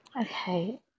Okay